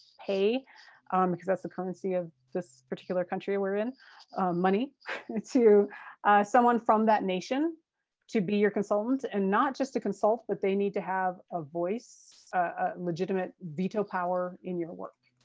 pay because that's the currency of this particular country we're in money to someone from that nation to be your consultant and not just to consult, but they need to have a voice, a legitimate veto power in your work.